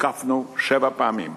הותקפנו שבע פעמים.